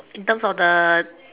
in terms of the